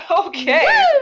Okay